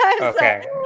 okay